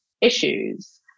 issues